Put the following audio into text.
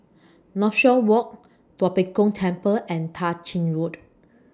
Northshore Walk Tua Pek Kong Temple and Tah Ching Road